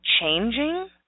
changing